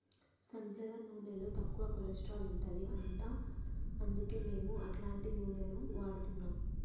sun flower నూనెలో తక్కువ cholesterol ఉంటది అంట అందుకే మేము అట్లాంటి నూనెలు వాడుతున్నాం